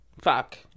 Fuck